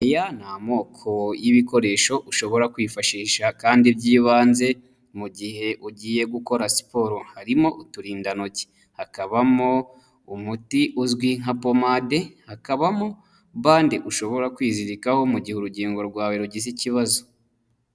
Aya ni amoko y'ibikoresho ushobora kwifashisha kandi by'ibanze, mu gihe ugiye gukora siporo, harimo uturindantoki, hakabamo umuti uzwi nka pomade, hakabamo bande ushobora kwizirikaho, mu gihe urugingo rwawe rugize ikibazo.